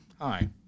Hi